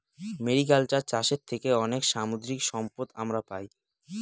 mariculture চাষের থেকে অনেক সামুদ্রিক সম্পদ আমরা পাই